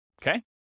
okay